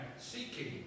seeking